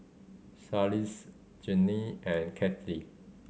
Charlize Jinnie and Cathy